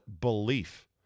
belief